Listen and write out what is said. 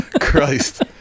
Christ